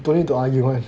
don't need to argue [one]